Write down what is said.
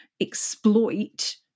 exploit